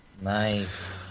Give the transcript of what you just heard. nice